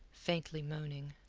faintly moaning.